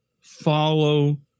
follow